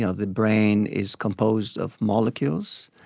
ah the brain is composed of molecules,